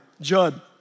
Judd